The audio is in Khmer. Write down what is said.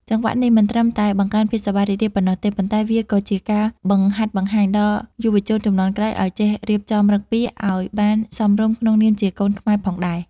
ចង្វាក់នេះមិនត្រឹមតែបង្កើនភាពសប្បាយរីករាយប៉ុណ្ណោះទេ ប៉ុន្តែវាក៏ជាការបង្ហាត់បង្ហាញដល់យុវជនជំនាន់ក្រោយឱ្យចេះរៀបចំឫកពារឱ្យបានសមរម្យក្នុងនាមជាកូនខ្មែរផងដែរ។